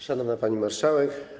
Szanowna Pani Marszałek!